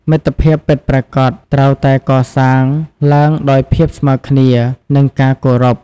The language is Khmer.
មិត្តភាពពិតប្រាកដត្រូវតែកសាងឡើងដោយភាពស្មើគ្នា និងការគោរព។